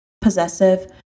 possessive